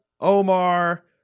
Omar